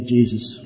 Jesus